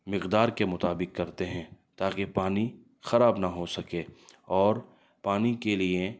مقدار کے مطابق کرتے ہیں تاکہ پانی خراب نہ ہو سکے اور پانی کے لیے